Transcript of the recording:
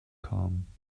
kamen